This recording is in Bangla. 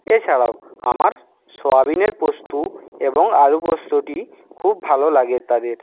এছাড়াও আমার সোয়াবিনের পোস্তু এবং আলু পোস্তটি খুব ভালো লাগে তাদের